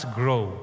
grow